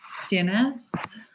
CNS